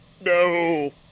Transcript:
no